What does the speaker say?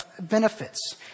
benefits